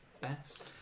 best